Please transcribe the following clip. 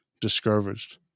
discouraged